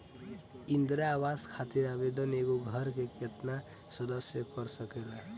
इंदिरा आवास खातिर आवेदन एगो घर के केतना सदस्य कर सकेला?